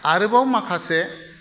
आरोबाव माखासे